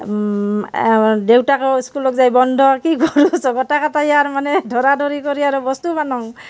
দেউতাকো স্কুলত যায় বন্ধ কি কৰিব গোটেই কেইটাই আৰু মানে ধৰা ধৰি কৰি আৰু বস্তু বনাওঁ